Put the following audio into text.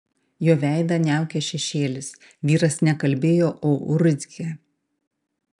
jo veidą niaukė šešėlis vyras ne kalbėjo o urzgė